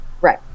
Right